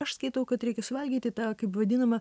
aš skaitau kad reikia suvalgyti tą kaip vadinamą